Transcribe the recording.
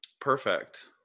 Perfect